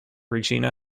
regina